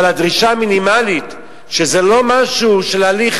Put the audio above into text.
אבל הדרישה המינימלית, שזה לא משהו של הליך